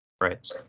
Right